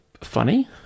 funny